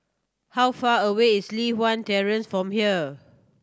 how far away is Li Hwan Terrace from here